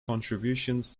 contributions